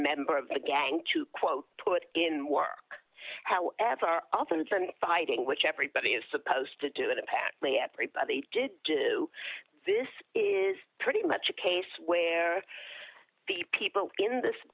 member of a gang to quote put in work however often fighting which everybody is supposed to do it impacts everybody to do this is pretty much a case where the people in this